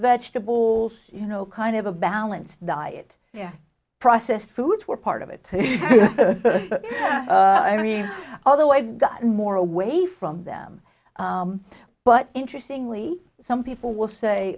vegetables you know kind of a balanced diet yeah processed foods were part of it i mean although i've gotten more away from them but interestingly some people will say